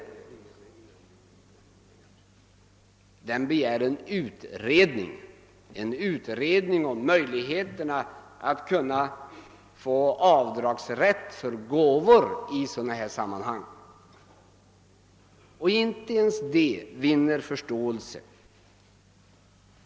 I den begärs en utredning om möjligheterna att få avdragsrätt för gåvor i sådana sammanhang. Inte ens det vinner förståelse.